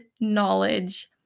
knowledge